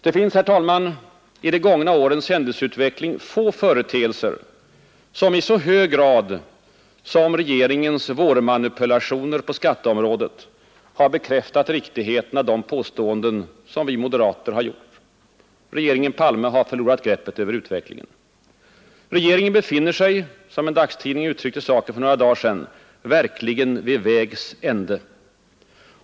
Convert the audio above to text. Det finns, herr talman, i de gångna årens händelseutveckling få företeelser som i så hög grad som regeringens vårmanipulationer på skatteområdet har bekräftat riktigheten av de påståenden som vi moderater har gjort. Regeringen Palme har förlorat greppet över utvecklingen. Regeringen befinner sig, som en dagstidning uttryckte saken för några dagar sedan, ”verkligen vid vägs ände”.